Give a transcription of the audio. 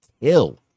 kill